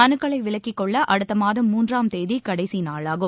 மனுக்களை விலக்கிக் கொள்ள அடுத்த மாதம் மூன்றாம் தேதி கடைசி நாளாகும்